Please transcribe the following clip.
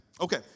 Okay